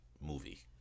movie